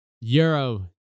Euro